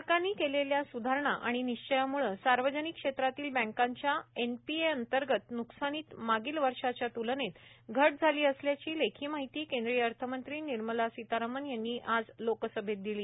सरकारनी केलेल्या सुधारणा आणि निश्वयामुळं सार्वजनिक क्षेत्रातील कँकांच्या एनपीए अंतर्गत नुकसानित मागील व ांच्या तुलनेत घट झाली असल्याची लेखी माहिती केंद्रीय अर्थमंत्री निर्मला सीतारामन यांनी आज लोकसमेत दिली